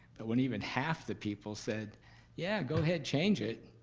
but when even half the people said yeah, go ahead, change it.